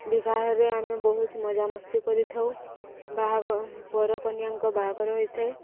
ବିବାହରେ ଆମେ ବହୁତ ମଜାମସ୍ତି କରିଥାଉ ବର କନିଆଙ୍କ ବାହାଘର ହୋଇଥାଏ